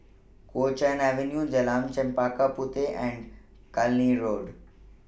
Kuo Chuan Avenue Jalan Chempaka Puteh and Cluny Road